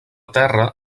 terra